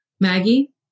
Maggie